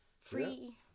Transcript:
free